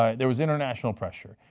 um there was international pressure.